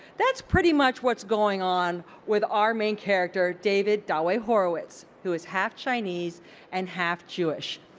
that's pretty much what's going on with our main character, david da-wei horowitz who is half chinese and half jewish.